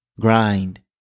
grind